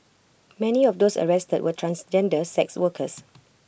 many of those arrested were transgender sex workers